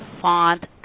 font